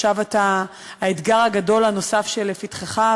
עכשיו האתגר הגדול הנוסף שלפתחך,